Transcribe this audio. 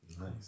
Nice